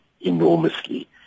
enormously